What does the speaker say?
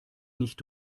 nicht